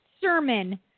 sermon